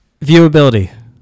Viewability